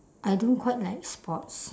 I don't quite like sports